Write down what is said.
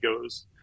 goes